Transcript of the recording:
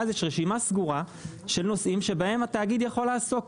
ואז יש רשימה סגורה של נושאים שבהם התאגיד יכול לעסוק.